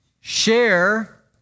share